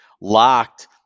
locked